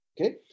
okay